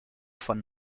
von